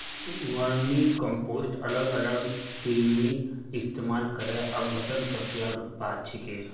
vermicompost अलग अलग कृमिर इस्तमाल करे अपघटन प्रक्रियार उत्पाद छिके